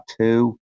two